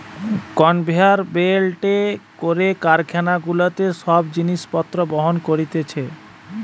conveyor বেল্টে করে কারখানা গুলাতে সব জিনিস পত্র বহন করতিছে